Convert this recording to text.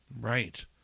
Right